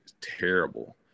terrible